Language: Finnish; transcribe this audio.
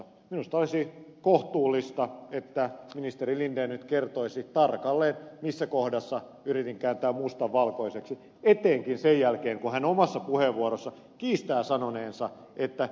minusta olisi kohtuullista että ministeri linden nyt kertoisi tarkalleen missä kohdassa yritin kääntää mustan valkoiseksi etenkin sen jälkeen kun hän omassa puheenvuorossaan kiistää sanoneensa että me hyväksymme kermankuorinnan